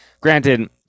granted